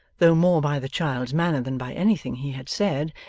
though more by the child's manner than by anything he had said,